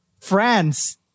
France